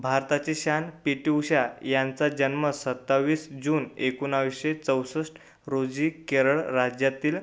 भारताची शान P T Usha यांचा जन्म सत्तावीस जून एकोणाविसशे चौसष्ट रोजी केरळ राज्यातील